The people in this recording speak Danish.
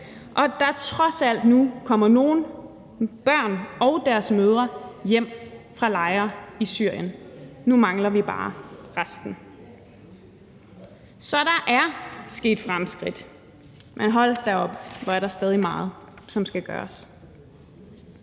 at der trods alt nu kommer nogle børn og deres mødre hjem fra lejre i Syrien. Nu mangler vi bare resten. Så der er sket fremskridt, men hold da op, hvor er der stadig meget, der skal gøres.